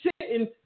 sitting